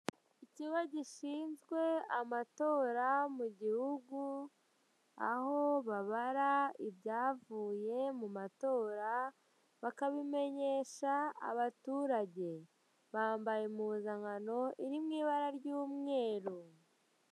Ikigo gishinzwe amatora mu gihugu, aho babara ibyavuye mu matora, bakabimenyesha abaturage. Bambaye impuzankano iri mu ibara ry'umweru.